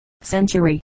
century